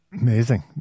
Amazing